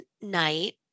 night